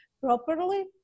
properly